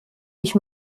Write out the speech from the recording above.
ich